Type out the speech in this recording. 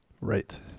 Right